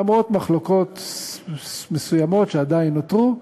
למרות מחלוקות מסוימות שעדיין נותרו,